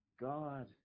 God